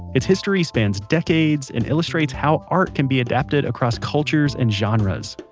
its history spans decades and illustrates how art can be adapted across cultures and genres.